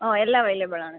ഓ എല്ലാം അവൈലബിളാണ്